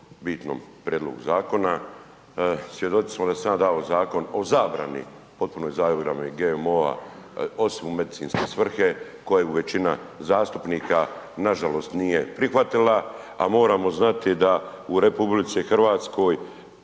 bitnom prijedlogu zakona. Svjedoci smo da sam ja dao zakon o zabrani potpunoj zabrani GMO-a osim u medicinske svrhe koja je većina zastupnika nažalost nije prihvatila. A moramo znati da u RH tj.